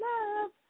love